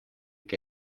que